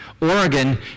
Oregon